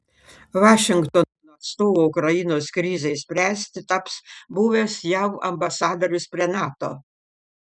vašingtono atstovu ukrainos krizei spręsti taps buvęs jav ambasadorius prie nato